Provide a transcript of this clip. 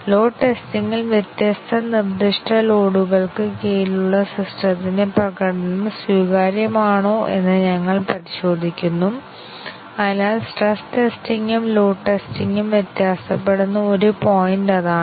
load ടെസ്റ്റിംഗിൽ വ്യത്യസ്ത നിർദ്ദിഷ്ട ലോഡുകൾക്ക് കീഴിലുള്ള സിസ്റ്റത്തിന്റെ പ്രകടനം സ്വീകാര്യമാണോ എന്ന് ഞങ്ങൾ പരിശോധിക്കുന്നു അതിനാൽ സ്ട്രെസ് ടെസ്റ്റിംഗും ലോഡ് ടെസ്റ്റിംഗും വ്യത്യാസപ്പെടുന്ന ഒരു പോയിന്റ് അതാണ്